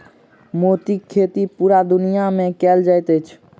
मोतीक खेती पूरा दुनिया मे कयल जाइत अछि